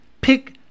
pick